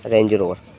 Range Rover